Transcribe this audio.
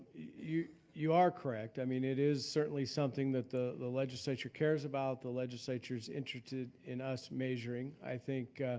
you you are correct. i mean, it is certainly something that the the legislature cares about, the legislatures interested in us measuring. i think,